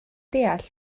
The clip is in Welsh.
deall